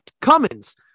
Cummins